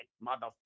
mother